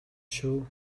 шүү